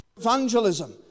evangelism